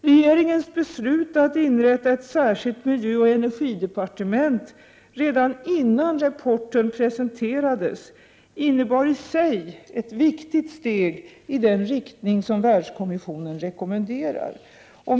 Regeringens beslut att, redan innan rapporten presenterades, inrätta ett särskilt miljöoch energidepartement innebar i sig ett viktigt steg i den riktning som Världskommissionen rekommenderar.